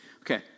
Okay